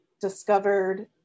discovered